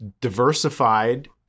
diversified